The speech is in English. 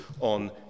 on